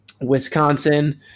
Wisconsin